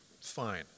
fine